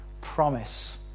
promise